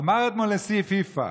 אמר אתמול נשיא פיפ"א: